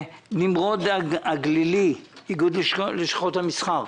נמרוד הגלילי, איגוד לשכות המסחר.